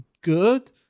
good